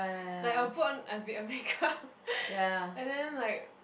like I'll put on a bit of make-up and then like